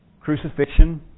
crucifixion